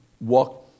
walk